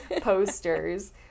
posters